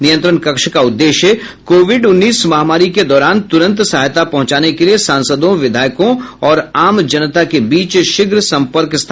नियंत्रण कक्ष का उद्देश्य कोविड उन्नीस महामारी के दौरान तुरंत सहायता पहुंचाने के लिए सांसदों विधायकों और आम जनता के बीच शीघ्र संपर्क स्थापित करने में मदद करना है